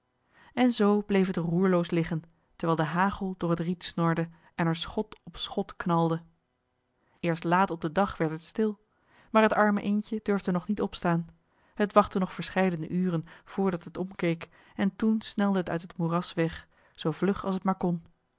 en zoo bleef het roerloos liggen terwijl de hagel door het riet snorde en er schot op schot knalde eerst laat op den dag werd het stil maar het arme eendje durfde nog niet opstaan het wachtte nog verscheidene uren voordat het omkeek en toen snelde het uit het moeras weg zoo vlug als het maar kon